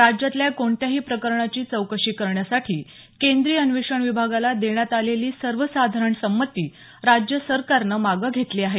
राज्यातल्या कोणत्याही प्रकरणाची चौकशी करण्यासाठी केंद्रीय अन्वेषण विभागाला देण्यात आलेली सर्वसाधारण संमती राज्य सरकारनं मागं घेतली आहे